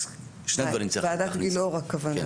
אז שני דברים צריך להכניס --- ועדת גילאור הכוונה,